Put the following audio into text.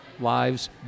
lives